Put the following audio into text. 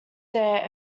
their